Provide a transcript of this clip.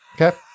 Okay